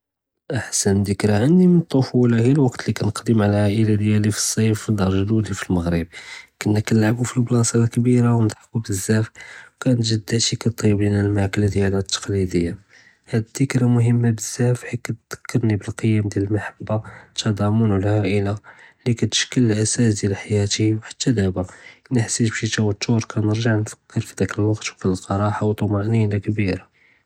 אחסן דִכְּרָא ענדִי מן אלטּפוּלָה הִי אלוּקּת לִי כּנקְּדִי מע אלעאאִלה דִיאלִי פִי אלצִּיף, דאר גְ'דוּדִי פאלמָעְ'רִבּ, כּנָא כּנלְעבוּ פאלבּלאצָּה כְּבִּירָה וּכּנְדּחכוּ בּזזאף, כָּנת גְ'דָאתִי כּתטּיּבּ לִינָא אלמאכְּלָה דִיאלְהא אלתּקְּלִידִיָה, האד אלדִכְּרָא מהִמָה בּזזאף חִית כּתְדכּרנִי בּאלקִּיַם דִיאַל אלמחבּה וּתּדאמֻן אלעאאִלה לִי כּתְשׁכּל אלאסאס דִיאַל חְיַאתִי וּחְתא דּאבּא אִלא חְסִית בּשִי תּותַּר כּנרְגַ'ע נְפכְּר פְדַאכּ אלוּקּת וּכּנלקּא ראחָה וּטְמאנִינָה כְּבִּירָה.